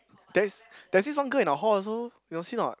there's there's this one girl in our hall also you got see or not